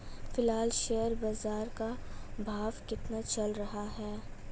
फिलहाल शेयर बाजार का भाव कितना चल रहा है?